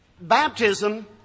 baptism